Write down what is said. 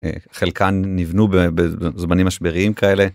חלקן נבנו בזמנים משבריים כאלה.